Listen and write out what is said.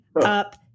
up